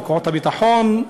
מכוחות הביטחון,